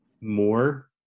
more